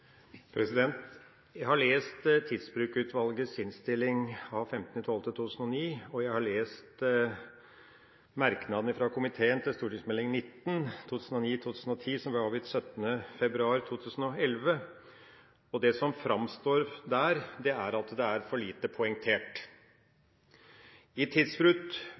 Jeg har lest Tidsbrukutvalgets innstilling av 15. desember 2009, og jeg har lest merknadene fra komiteen til Meld. St. 19 for 2009–2010 som ble avgitt 17. februar 2011, og det som framstår der, er at det er for lite poengtert. I